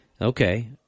okay